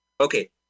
okay